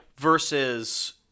Versus